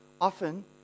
often